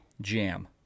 jam